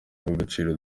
ry’agaciro